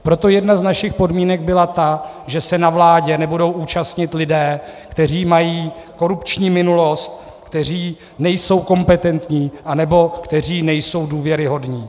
Proto jedna z našich podmínek byla ta, že se na vládě nebudou účastnit lidé, kteří mají korupční minulost, kteří nejsou kompetentní anebo kteří nejsou důvěryhodní.